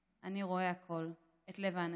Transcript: / אני רואה הכול, את לב האנשים.